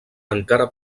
encara